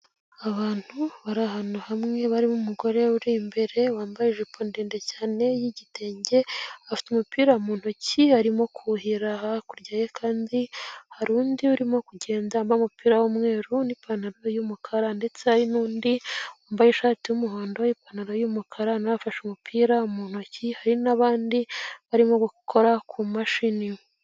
Abantu bari ahantu hamwe, barimo umugore uri imbere wambaye ijipo ndende cyane y'igitenge, afite umupira mu ntoki arimo kuhira, hakurya ye kandi hari undi urimo kugenda wambaye umupira w'umweru n'ipantaro na yo y'umukara ndetse hari n'undi wambaye ishati y'umuhondo, ipantaro y'umukara na we afashe umupira mu ntoki, hari n'abandi barimo gukora ku mashini.